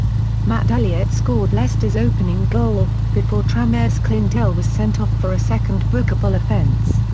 matt elliott scored leicester's opening goal, before tranmere's clint hill was sent off for a second bookable offence.